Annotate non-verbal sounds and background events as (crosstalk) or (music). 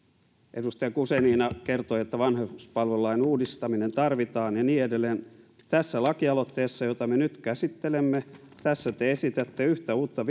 edustaja guzenina kertoi että vanhuspalvelulain uudistaminen tarvitaan ja niin edelleen tässä lakialoitteessa jota me nyt käsittelemme te esitätte yhtä uutta (unintelligible)